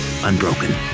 unbroken